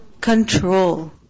control